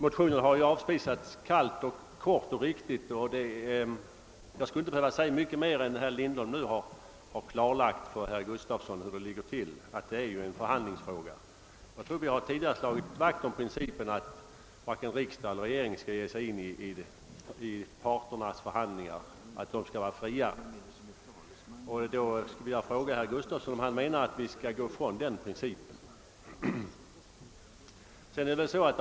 Motionen har avfärdats kallt, kort och riktigt av utskottet och jag skulle inte behöva säga mycket mer sedan herr Lindholm klarlagt för herr Gustavsson hur det ligger till. Det är ju en förhandlingsfråga. Jag tror att vi tidigare slagit vakt om principen att varken riksdag eller regering skall lägga sig i parternas förhandlingar utan att parterna skall vara fria. Jag skulle vilja fråga herr Gustavsson, om han vill att vi skall frångå den principen.